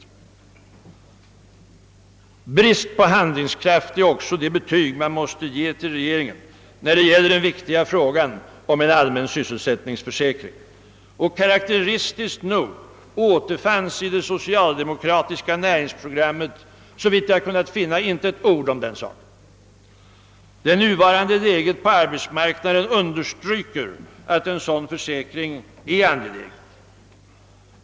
Brist på handlingskraft är också det betyg man måste ge till regeringen när det gäller den viktiga frågan om en allmän sysselsättningsförsäkring. Karaktäristiskt nog återfanns i det socialdemokratiska näringsprogrammet såvitt jag kunnat finna inte ett ord om den saken. Det nuvarande läget på arbetsmarknaden understryker att en sådan försäkring är angelägen.